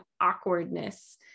awkwardness